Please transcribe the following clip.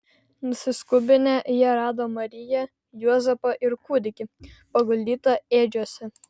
nusiskubinę jie rado mariją juozapą ir kūdikį paguldytą ėdžiose